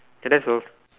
can I solve